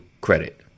credit